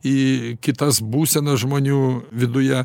į kitas būsenas žmonių viduje